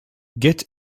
get